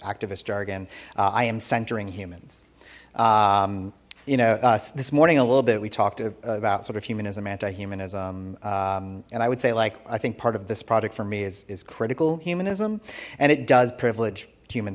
activist jargon i am centering humans you know this morning a little bit we talked about sort of humanism anti humanism and i would say like i think part of this project for me is critical humanism and it does privileged human